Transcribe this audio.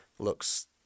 Looks